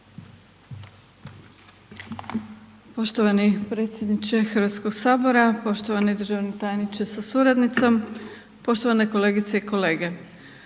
Poštovani predsjedniče Hrvatskog sabora, poštovani državni tajniče sa suradnicom, poštovane kolegice i kolege.